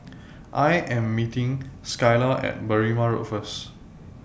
I Am meeting Skylar At Berrima Road First